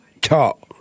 talk